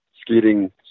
skating